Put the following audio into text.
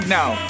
now